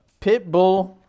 Pitbull